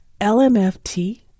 LMFT